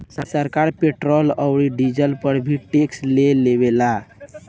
सरकार पेट्रोल औरी डीजल पर भी टैक्स ले लेवेला